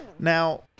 Now